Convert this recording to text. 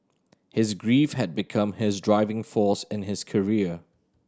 his grief had become his driving force in his career